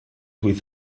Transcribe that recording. with